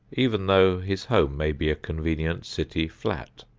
even though his home may be a convenient city flat.